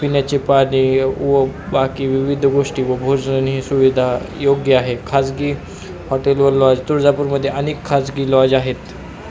पिण्याचे पाणी व बाकी विविध गोष्टी व भोजन ही सुविधा योग्य आहे खाजगी हॉटेल व लॉज तुळजापूरमध्ये अनेक खाजगी लॉज आहेत